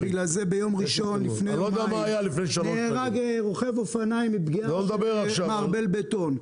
ובגלל זה ביום ראשון לפני יומיים נהרג רוכב אופניים מפגיעת מערבל בטון.